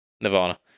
Nirvana